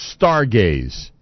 Stargaze